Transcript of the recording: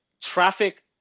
Traffic